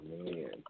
man